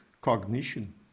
cognition